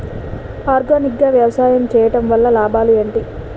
Organic గా వ్యవసాయం చేయడం వల్ల లాభాలు ఏంటి?